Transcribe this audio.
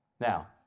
Now